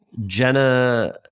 Jenna